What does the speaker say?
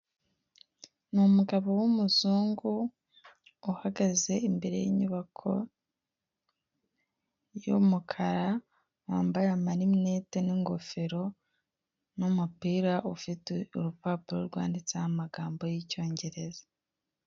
Ni umugabo w'umuzungu uhagaze imbere y'inyubako y'umukara wambaye amarinete n'ingofero n'umupira ufite urupapuro rwanditseho amagambo y'icyongereza.